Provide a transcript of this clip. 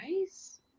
guys